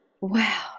Wow